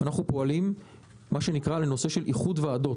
אנחנו פועלים לכיוון של איחוד ועדות.